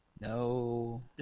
No